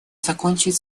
закончить